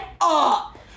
up